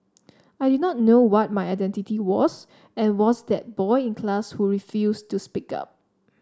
I did not know what my identity was and was that boy in class who refused to speak up